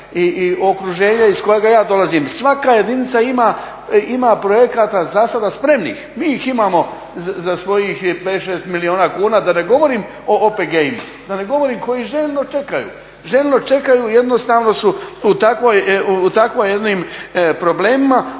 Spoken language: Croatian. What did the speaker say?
i okruženja iz kojega ja dolazim svaka jedinica ima projekata za sada spremnih. Mi ih imamo za svojih 5-6 milijuna kuna, da ne govorim o OPG-ima, da ne govorim koji željno čekaju, željno čekaju, jednostavno su u takvim jednim problemima,